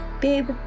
Babe